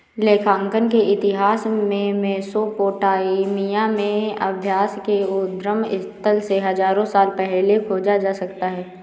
लेखांकन के इतिहास को मेसोपोटामिया में सभ्यता के उद्गम स्थल से हजारों साल पहले खोजा जा सकता हैं